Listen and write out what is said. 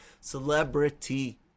celebrity –